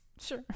Sure